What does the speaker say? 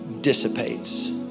dissipates